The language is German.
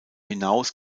hinaus